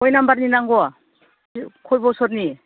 खय नाम्बारनि नांगौ खय बोसोरनि